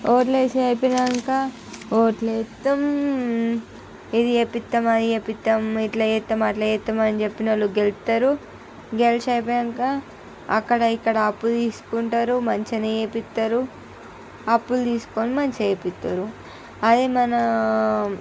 ఓట్లేసేది అయిపోయాక ఓట్లేస్తాం ఇది ఏపిత్తం అది ఏపిత్తం ఇట్లా చేస్తాం అట్లా చేస్తాం అని చెప్పిన వాళ్లు గెలుస్తారు గెల్చి అయిపోయాక అక్కడ ఇక్కడ అప్పు తీసుకుంటారు మంచిగా ఏపిత్తారు అప్పులు తీసుకుని మంచిగా ఏపిత్తారు అది మన